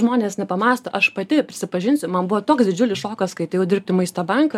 žmonės nepamąsto aš pati prisipažinsiu man buvo toks didžiulis šokas kai atėjau dirbt į maisto banką